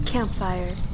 Campfire